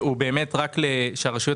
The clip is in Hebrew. מתוכם הרשויות